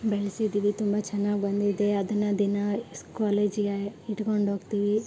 ಬೆಳೆಸಿದೀವಿ ತುಂಬ ಚೆನ್ನಾಗ್ ಬಂದಿದೆ ಅದನ್ನು ದಿನ ಸ್ ಕಾಲೇಜಿಗೆ ಇಟ್ಕೊಂಡೋಗ್ತೀವಿ